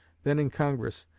then in congress,